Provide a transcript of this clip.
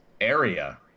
Area